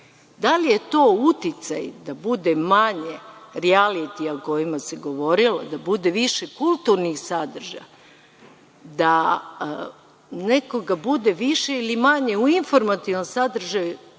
Da li je to uticaj da bude manje rijalitija o kojima se govorilo, da bude više kulturnih sadržaja, da nekoga bude više ili manje u informativnom sadržaju,